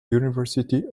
university